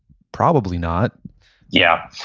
probably not yeah.